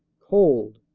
cold,